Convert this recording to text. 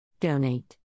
Donate